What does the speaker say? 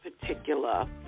particular